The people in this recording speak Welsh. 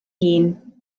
hun